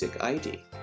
ID